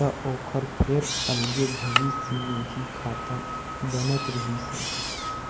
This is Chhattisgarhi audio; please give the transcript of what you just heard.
त ओखर फेर अलगे भविस्य निधि खाता बनत रिहिस हे